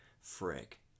frick